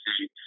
see